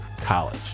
College